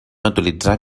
utilitzar